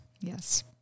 Yes